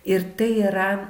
ir tai yra